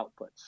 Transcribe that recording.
outputs